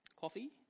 coffee